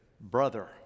Brother